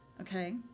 Okay